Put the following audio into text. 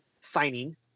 signing